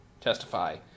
testify